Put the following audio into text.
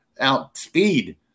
outspeed